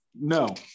No